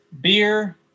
beer